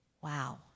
Wow